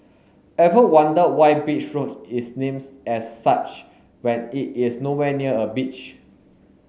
ever wonder why Beach Road is names as such when it is nowhere near a beach